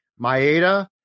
Maeda